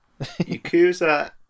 Yakuza